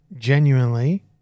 genuinely